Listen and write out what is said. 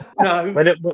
No